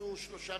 הוא 3 מיליארד,